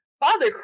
Father